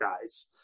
guys